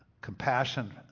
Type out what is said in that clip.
compassion